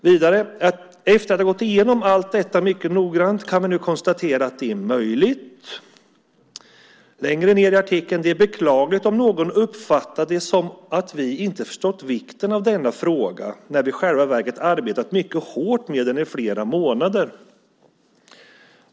Vidare står det: "Efter att ha gått igenom allt detta mycket noggrant kan vi nu konstatera att det är möjligt." Längre ned i artikeln står det: "Det är beklagligt om någon uppfattat det som att vi inte förstått vikten av denna frågan, när vi i själva verket arbetet mycket hårt med den i flera månader."